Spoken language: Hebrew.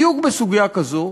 בדיוק בסוגיה כזאת,